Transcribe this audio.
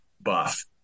buff